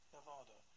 Nevada